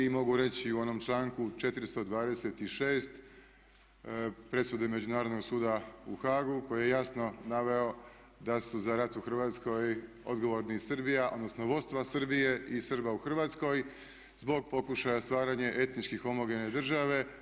I mogu reći u onom članku 426.presude Međunarodnog suda u Haagu koji je jasno naveo da su za rat u Hrvatskoj odgovorni Srbija odnosno vodstva Srbije i srba u Hrvatskoj zbog pokušaja stvaranja etnički homogene države.